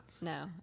No